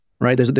right